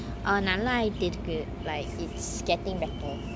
err நல்ல ஆயிட்டு இருக்கு:nalla ayetu iruku like it's getting better